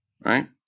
right